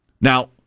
Now